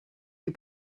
you